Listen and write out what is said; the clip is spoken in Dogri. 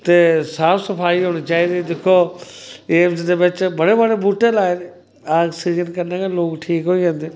ते साफ सफाई होनी चाहिदी दिक्खो एम्स दे बिच्च बड़े बड़े बूह्टे लाए दे आक्सीजन कन्नै गै लोग ठीक होई जंदे न